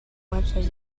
websites